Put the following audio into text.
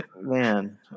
man